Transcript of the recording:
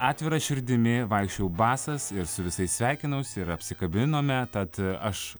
atvira širdimi vaikščiojau basas ir su visais sveikinausi ir apsikabinome tad aš